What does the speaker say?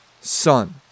son